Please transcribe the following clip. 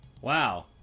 Wow